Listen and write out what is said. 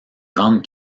grandes